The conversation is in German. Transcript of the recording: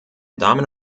damen